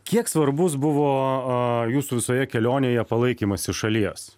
kiek svarbus buvo a jūsų visoje kelionėje palaikymas iš šalies